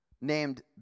named